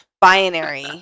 binary